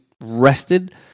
rested